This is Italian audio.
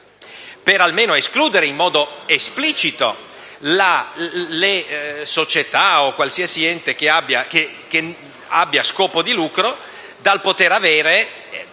perlomeno per escludere in modo esplicito le società - o qualsiasi ente che abbia scopo di lucro - dal poter avere